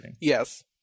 Yes